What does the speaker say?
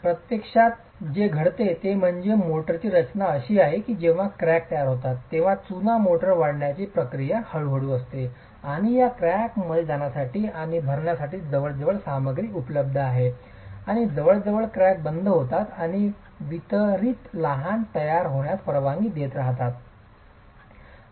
प्रत्यक्षात जे घडते ते म्हणजे मोर्टारची रचना अशी आहे की जेव्हा क्रॅक तयार होतात तेव्हा चुना मोर्टारमध्ये वाढण्याची हळूहळू प्रक्रिया असते आणि या क्रॅकमध्ये जाण्यासाठी आणि भरण्यासाठी जवळजवळ सामग्री उपलब्ध आहे आणि जवळजवळ क्रॅक बंद होतात आणि वितरित लहान तयार होण्यास परवानगी देत राहतात भेगा